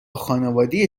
خانواده